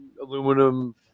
Aluminum